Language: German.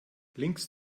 links